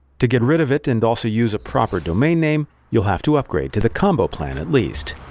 to get rid of it and also use a proper domain name you'll have to upgrade to the combo plan at least.